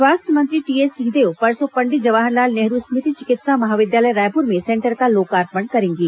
स्वास्थ्य मंत्री T S Singhdeo परसों पंडित जवाहरलाल नेहरू स्मृति चिकित्सा महाविद्यालय रायपुर में सेंटर का लोकार्पण करेंगे